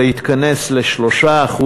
להתכנס ל-3%,